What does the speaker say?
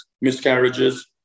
miscarriages